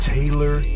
Taylor